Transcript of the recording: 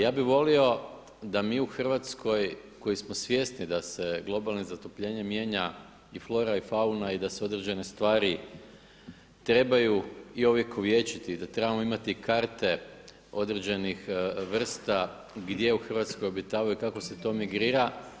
Ja bih volio da mi u Hrvatskoj koji smo svjesni da se globalnim zatopljenjem mijenja i flora i fauna i da se određene stvari trebaju i ovjekovječiti i da trebamo imati karte određenih vrsta gdje u Hrvatskoj obitavaju, kako se to migrira.